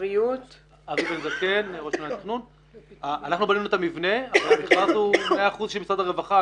אנחנו בנינו את המבנה אבל המכרז הוא 100% של משרד הרווחה,